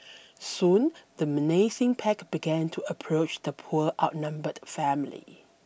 soon the menacing pack began to approach the poor outnumbered family